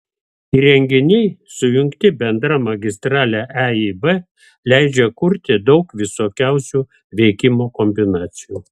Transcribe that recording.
įrenginiai sujungti bendra magistrale eib leidžia kurti daug visokiausių veikimo kombinacijų